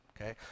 Okay